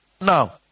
Now